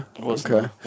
okay